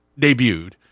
debuted